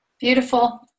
Beautiful